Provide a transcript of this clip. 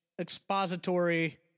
expository